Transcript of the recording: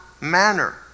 manner